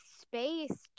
space